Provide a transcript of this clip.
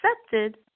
accepted